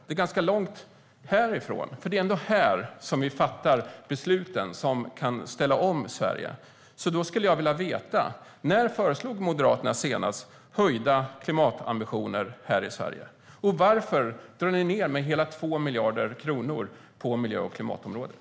Det är rätt långt härifrån. Men det är trots allt här vi fattar besluten som ska ställa om Sverige. Därför skulle jag vilja veta när Moderaterna senast föreslog höjda klimatambitioner i Sverige och varför de drar ned med hela 2 miljarder kronor på miljö och klimatområdet.